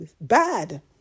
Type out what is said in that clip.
bad